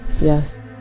Yes